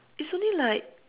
it's only like